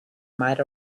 might